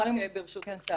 ברשותך,